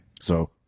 So-